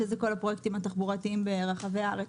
שזה כל הפרויקטים התחבורתיים ברחבי הארץ.